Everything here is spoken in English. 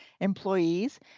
employees